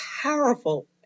powerful